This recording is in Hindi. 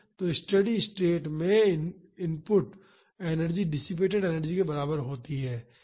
तो स्टेडी स्टेट में इनपुट एनर्जी डिसिपेटड एनर्जी के बराबर होती है